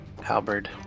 halberd